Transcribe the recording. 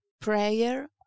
prayer